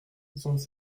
soixante